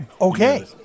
Okay